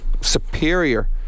superior